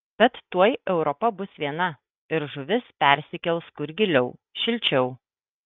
bet tuoj europa bus viena ir žuvis persikels kur giliau šilčiau